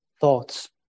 thoughts